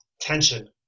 tension